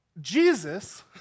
Jesus